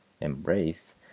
embrace